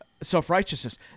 self-righteousness